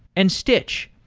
and stitch.